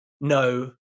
no